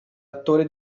attore